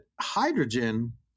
hydrogen